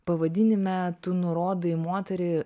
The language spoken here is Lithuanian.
pavadinime tu nurodai moterį